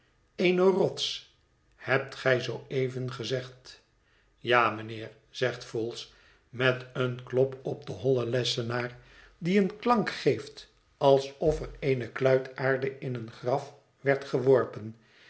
eene rots hebt gij zoo even gezegd ja mijnheer zegt vholes met een klop op den hollen lessenaar die een klank geeft alsof er eene kluit aarde in een graf werd geworpen